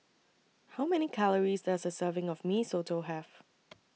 How Many Calories Does A Serving of Mee Soto Have